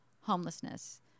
homelessness